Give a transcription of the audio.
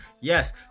Yes